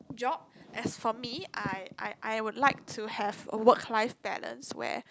job as for me I I I would like to have work life balance where